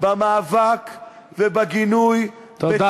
במאבק ובגינוי, תודה.